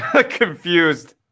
Confused